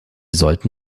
sollten